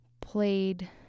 played